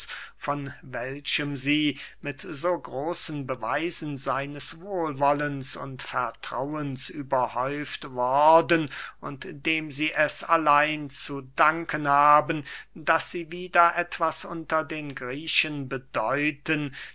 von welchem sie mit so großen beweisen seines wohlwollens und vertrauens überhäuft worden und dem sie es allein zu danken haben daß sie wieder etwas unter den griechen bedeuten